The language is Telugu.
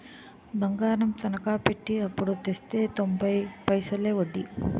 బంగారం తనకా పెట్టి అప్పుడు తెస్తే తొంబై పైసలే ఒడ్డీ